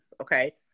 okay